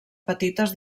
petites